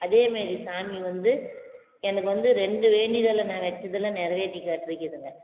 அதேமாரி சாமி வந்து எனக்கு வந்து ரெண்டு வேண்டிதலை நான் வச்சதில் நிறவேத்தி காட்டி இருக்குதுங்க